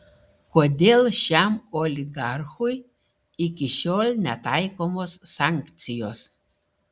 kodėl šiam oligarchui iki šiol netaikomos sankcijos